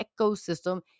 ecosystem